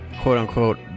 quote-unquote